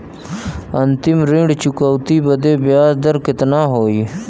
अंतिम ऋण चुकौती बदे ब्याज दर कितना होई?